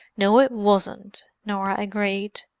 no, it wasn't, norah agreed.